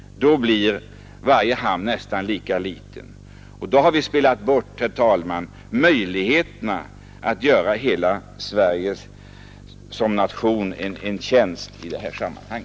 Då blir varje hamn nästan lika liten och då har vi, herr talman, spelat bort möjligheterna att göra hela Sverige som nation en tjänst i detta sammanhang.